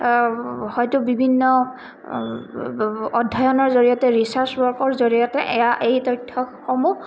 হয়তো বিভিন্ন অধ্যয়নৰ জৰিয়তে ৰিচাৰ্চ ৱৰ্কৰ জৰিয়তে এয়া এই তথ্যসমূহ